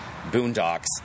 boondocks